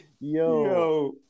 Yo